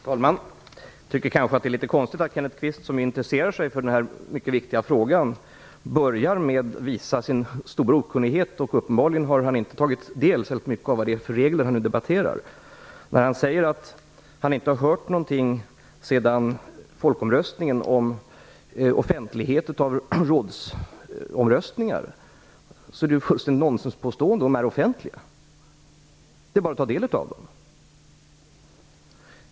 Herr talman! Jag tycker kanske att det är litet konstigt att Kenneth Kvist, som intresserar sig för denna mycket viktiga fråga, börjar med att visa sin stora okunnighet. Uppenbarligen har han inte särskilt mycket tagit del av de regler som han nu debatterar. Det som han säger om att han inte har hört någonting sedan EU-omröstningen om offentlighet omkring rådsomröstningar är ett fullständigt nonsenspåstående - de är offentliga. Det är bara att ta del av dem.